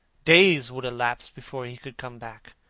days would elapse before he could come back.